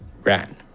ran